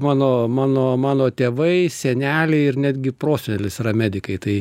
mano mano mano tėvai seneliai ir netgi prosenelis yra medikai tai